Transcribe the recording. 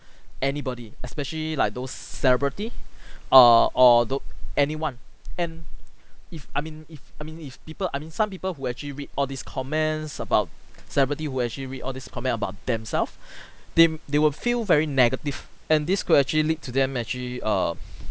anybody especially like those celebrity or or those anyone and if I mean if I mean if people I mean some people who actually read all these comments about celebrity who actually read all these comment about themselves they m~ they will feel very negative and this could actually lead to them actually err